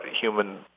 human